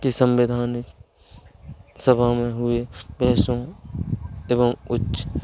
के संविधानिक सभा में हुए बहेसों एवं उच्च